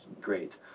great